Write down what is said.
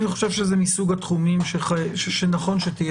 אני חושב שזה מסוג התחומים שנכון שתהיה